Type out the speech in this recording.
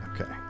Okay